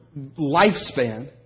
lifespan